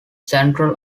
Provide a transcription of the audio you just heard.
central